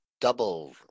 double